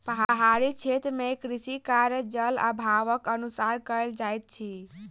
पहाड़ी क्षेत्र मे कृषि कार्य, जल अभावक अनुसार कयल जाइत अछि